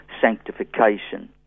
sanctification